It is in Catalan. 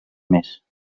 més